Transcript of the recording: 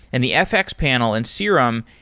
and the fx panel in serum,